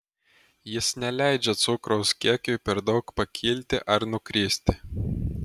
jis neleidžia cukraus kiekiui per daug pakilti ar nukristi